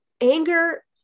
anger